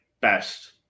best